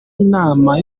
inama